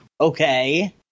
Okay